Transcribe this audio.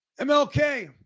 MLK